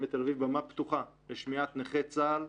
בתל אביב במה פתוחה לשמיעת נכי צה"ל.